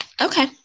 Okay